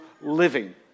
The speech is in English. living